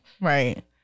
Right